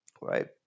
right